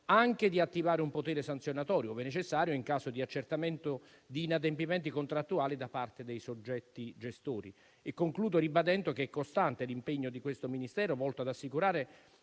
anche di attivare un potere sanzionatorio, ove necessario, in caso di accertamento di inadempimenti contrattuali da parte dei soggetti gestori. Concludo ribadendo che è costante l'impegno di questo Ministero volto ad assicurare